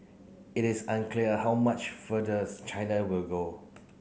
it is unclear how much further China will go